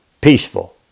peaceful